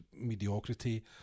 mediocrity